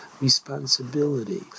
responsibility